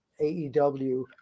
AEW